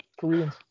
Koreans